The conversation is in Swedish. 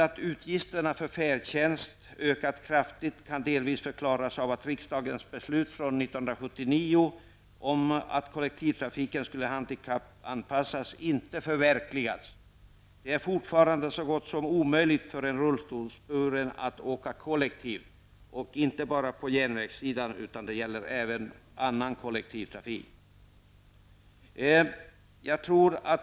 Att utgifterna för färdtjänst har ökat kraftigt kan delvis förklaras av att riksdagens beslut från 1979, om att kollektivtrafiken skulle handikappanpassas, inte har förverkligats. Det är fortfarande så gott som omöjligt för en rullstolsbunden att åka kollektivt; detta gäller inte bara järnväg utan även annan kollektivtrafik.